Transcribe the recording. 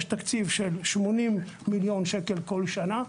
יש תקציב של 80,000,000 שקל כל שנה.